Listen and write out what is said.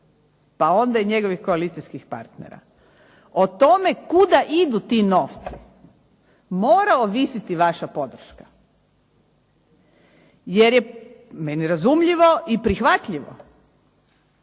Pa onda i njegovih koalicijskih partnera. O tome kuda idu ti novci mora ovisiti vaša podrška. Jer je meni razumljivo i prihvatljivo